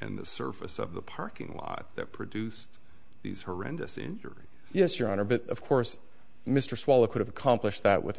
and the surface of the parking lot that produced these horrendous injuries yes your honor but of course mr swallow could have accomplished that with a